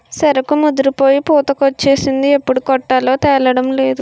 సెరుకు ముదిరిపోయి పూతకొచ్చేసింది ఎప్పుడు కొట్టాలో తేలడంలేదు